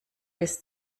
bis